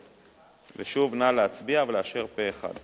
ושוב, נא להצביע ולאשר פה אחד.